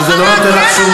אבל זה לא נותן לך שום,